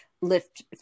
lift